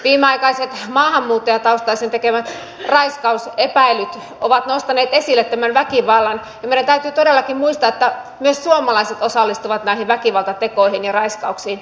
viimeaikaiset maahanmuuttajataustaisten raiskausepäilyt ovat nostaneet esille tämän väkivallan ja meidän täytyy todellakin muistaa että myös suomalaiset osallistuvat näihin väkivallantekoihin ja raiskauksiin